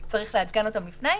צריך לעדכן אותם לפני.